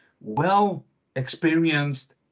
well-experienced